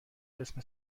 جسم